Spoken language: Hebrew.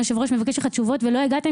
היושב-ראש מבקש ממך תשובות ולא הגעתם,